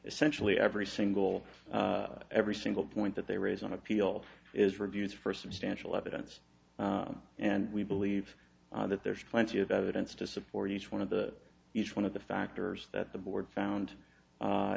essentially every single every single point that they raise on appeal is reviews for substantial evidence and we believe that there's plenty of evidence to support each one of the each one of the factors that the board found